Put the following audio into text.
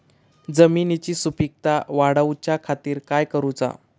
जमिनीची सुपीकता वाढवच्या खातीर काय करूचा?